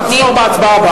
תתנהג כמו יושב-ראש.